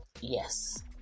yes